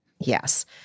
Yes